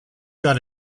got